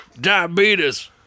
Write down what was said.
Diabetes